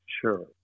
Sure